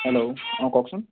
hello কওকচোন